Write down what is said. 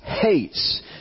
hates